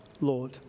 Lord